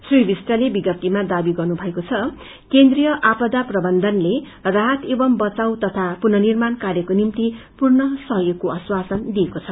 श्री विष्टले विज्ञप्तिमा दाबी गर्नुमएको छ केन्द्रीय आपदा प्रबन्धनले राहत एवम बचाऊँ तथा पुर्नःनिर्माण कार्यको निभ्ति पूर्ण सहयोगको आश्वासन दिइएको छ